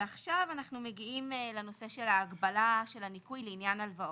ועכשיו אנחנו מגיעים לנושא של ההקבלה של הניכוי לעניין ההלוואות.